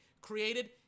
created